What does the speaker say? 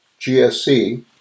GSC